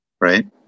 right